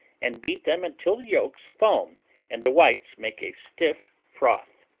and beat them until the yolks foam and the whites make a stiff froth.